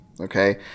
Okay